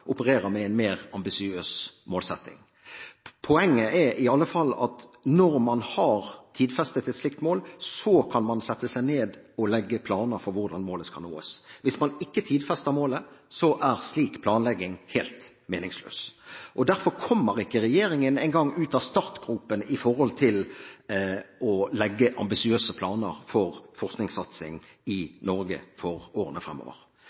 opererer med en mer ambisiøs målsetting. Poenget er i alle fall at når man har tidfestet et slikt mål, kan man sette seg ned og legge planer for hvordan målet skal nås. Hvis man ikke tidfester målet, er slik planlegging helt meningsløs. Derfor kommer ikke regjeringen en gang ut av startgropen når det gjelder å legge ambisiøse planer for forskingssatsing i Norge for årene fremover.